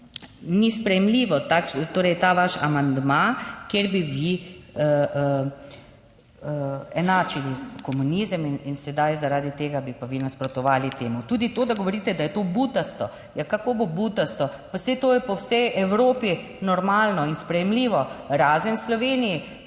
ni sprejemljivo. Torej ta vaš amandma, kjer bi vi enačili komunizem in sedaj, zaradi tega bi pa vi nasprotovali temu. Tudi to, da govorite, da je to butasto. Ja kako bo butasto? Pa saj to je po vsej Evropi normalno in sprejemljivo, razen v Sloveniji